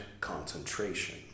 concentration